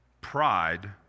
pride